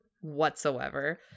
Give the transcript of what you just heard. whatsoever